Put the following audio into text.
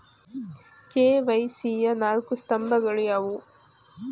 KYC ಯ ನಾಲ್ಕು ಸ್ತಂಭಗಳು ಯಾವುವು?